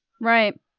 Right